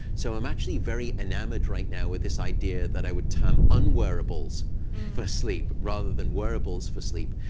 so i'm actually very enamored right now with this idea that i would term unwearables for sleep rather than wearables for sleep.